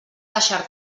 deixar